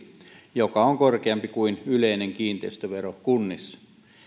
joka on korkeampi kuin yleinen kiinteistövero kunnissa